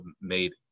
made